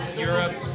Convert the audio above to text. Europe